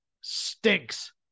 stinks